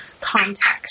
context